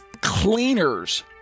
cleaners